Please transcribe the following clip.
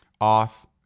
off